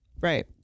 Right